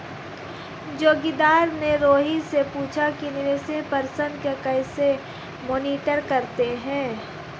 जोगिंदर ने रोहित से पूछा कि निवेश प्रदर्शन को कैसे मॉनिटर करते हैं?